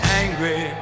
angry